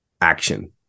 action